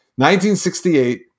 1968